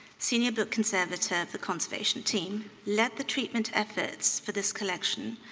senior book conservator of the conservation team, led the treatment efforts for this collection,